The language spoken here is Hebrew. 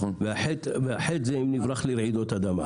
והחטא זה אם נברח לרעידות אדמה.